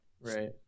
right